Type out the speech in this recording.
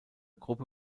gruppe